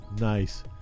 Nice